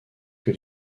que